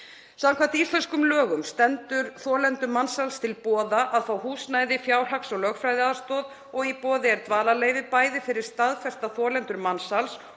Samkvæmt íslenskum lögum stendur þolendum mansals til boða að fá húsnæði, fjárhags- og lögfræðiaðstoð og í boði er dvalarleyfi bæði fyrir staðfesta þolendur mansals